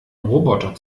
roboter